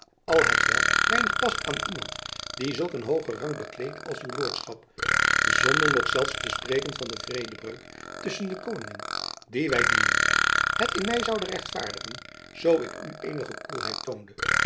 al hetwelk weinig past aan iemand die zulk een hoogen rang bekleedt als uw lordschap zonder nog zelfs te spreken van de vredebreuk tusschen de koningen die wy dienen het in my zoude rechtvaardigen zoo ik u eenige koeljacob